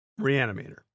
Reanimator